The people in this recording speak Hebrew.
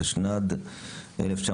התשנ"ד 1994,